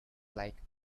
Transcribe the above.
like